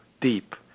deep